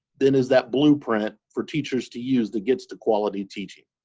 then is that blueprint for teachers to use that gets to quality teaching.